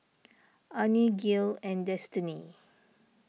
Arne Gil and Destiney